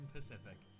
Pacific